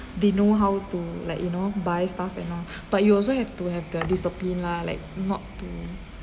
they know how to like you know buy stuff and all but you also have to have the discipline lah like not to